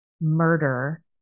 murder